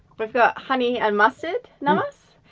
we've got honey and mustard namas,